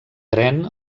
tren